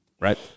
Right